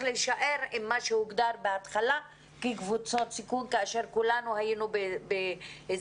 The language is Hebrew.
להישאר עם ההגדרה ההתחלתית של קבוצות סיכון כאשר כולנו היינו בהסגר.